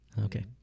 Okay